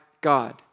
God